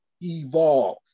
evolve